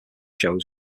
shows